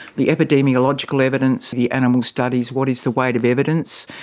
the epidemiological evidence, the animal studies, what is the weight of evidence,